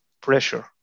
pressure